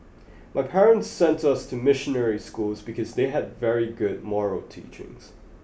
my parents sent us to missionary schools because they had very good moral teachings